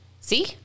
see